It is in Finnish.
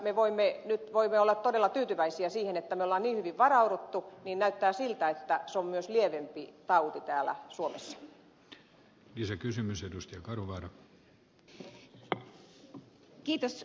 me voimme nyt olla todella tyytyväisiä siihen että me olemme niin hyvin varautuneet ja näyttää siltä että se on myös lievempi tauti täällä suomessa